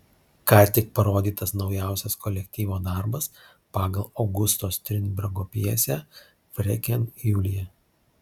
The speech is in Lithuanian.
ką tik parodytas naujausias kolektyvo darbas pagal augusto strindbergo pjesę freken julija